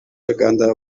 uganda